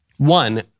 One